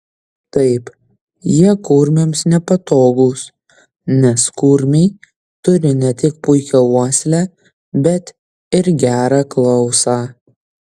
taip jie kurmiams nepatogūs nes kurmiai turi ne tik puikią uoslę bet ir gerą klausą